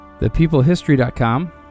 ThePeopleHistory.com